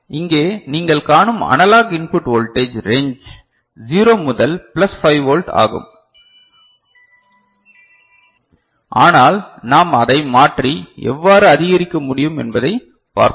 இங்கே நீங்கள் காணும் அனலாக் இன்புட் வோல்டேஜ் ரேஞ்ச்ஜ் 0 முதல் பிளஸ் 5 வோல்ட் ஆகும் ஆனால் நாம் அதை மாற்றி எவ்வாறு அதிகரிக்க முடியும் என்பதைப் பார்ப்போம்